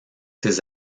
ses